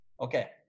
Okay